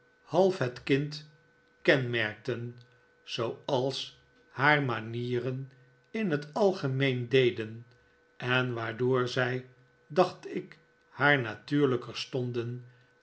het kind kenmerkten zooals haar manieren in het algemeen deden en waardoor zij dacht ik haar natuurlijker